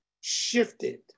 shifted